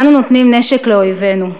אנו נותנים נשק לאויבינו.